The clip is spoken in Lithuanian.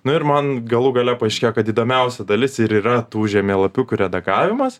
nu ir man galų gale paaiškėjo kad įdomiausia dalis ir yra tų žemėlapiukų redagavimas